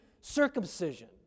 circumcision